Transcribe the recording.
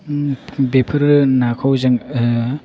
बेफोरो नाखौ जोङो